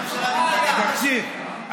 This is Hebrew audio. תקשיב.